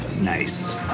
Nice